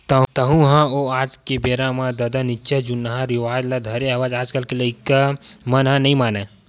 तँहू ह ओ आज के बेरा म ददा निच्चट जुन्नाहा रिवाज ल धरे हस आजकल के लोग लइका मन ह नइ मानय